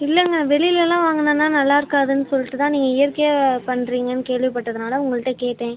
இல்லைங்க வெளியலலாம் வாங்குனேன்னா நல்லாயிருக்காதுனு சொல்லிட்டு தான் நீங்கள் இயற்கையாக பண்ணுறீங்கனு கேள்விப்பட்டதுனாலே உங்ககிட்ட கேட்டேன்